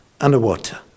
underwater